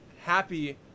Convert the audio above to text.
Happy